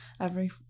Every-